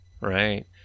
Right